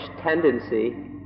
tendency